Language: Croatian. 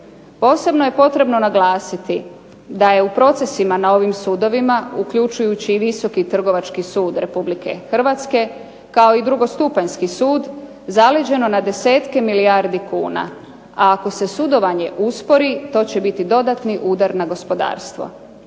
Posebno je potrebno naglasiti da je u procesima na ovim sudovima uključujući i Visoki trgovački sud Republike Hrvatske kao i drugostupanjski sud zaleđeno na desetke milijardi kuna, a ako se sudovanje uspori to će biti dodatni udar na gospodarstvo.